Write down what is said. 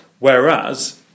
Whereas